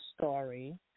story